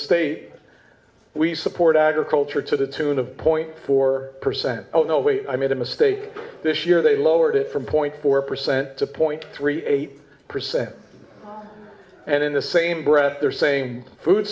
state we support agriculture to the tune of point four percent no way i made a mistake this year they lowered it from point four percent to point three eight percent and in the same breath they're saying food